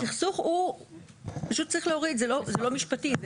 הסכסוך הוא, פשוט צריך להוריד, זה לא משפטי.